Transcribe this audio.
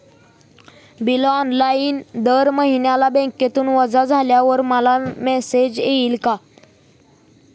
Bill online दर महिन्याला बँकेतून वजा झाल्यावर मला मेसेज येईल का?